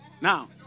Now